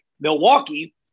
Milwaukee